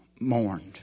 mourned